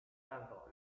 tanto